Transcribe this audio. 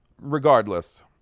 Regardless